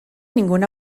ningún